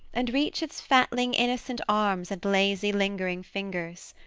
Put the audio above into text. and reach its fatling innocent arms and lazy lingering fingers.